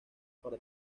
para